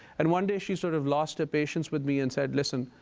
and one day she sort of lost her patience with me and said, listen,